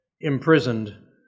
imprisoned